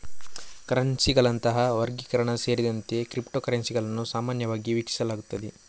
ಕರೆನ್ಸಿಗಳಂತಹ ವರ್ಗೀಕರಣ ಸೇರಿದಂತೆ ಕ್ರಿಪ್ಟೋ ಕರೆನ್ಸಿಗಳನ್ನು ಸಾಮಾನ್ಯವಾಗಿ ವೀಕ್ಷಿಸಲಾಗುತ್ತದೆ